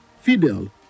Fidel